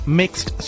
mixed